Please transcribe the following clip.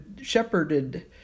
shepherded